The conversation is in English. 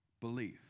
Belief